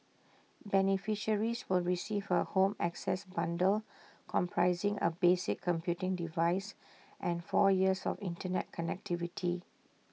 beneficiaries will receive A home access bundle comprising A basic computing device and four years of Internet connectivity